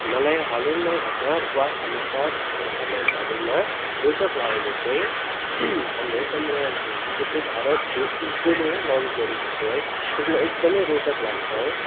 मलाई हालैमा घटना वा समाचार बारेमा रोचक लागेको चाहिँ हाम्रो चन्द्रयान थ्री जुन चाहिँ चाहिँ भारतको इस्रोले लन्च गरेको थियो है त्यसमा एकदमै रोचक लाग्छ है